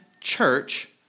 church